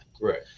right